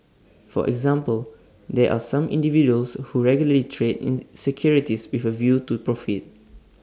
for example there are some individuals who regularly trade in securities with A view to profit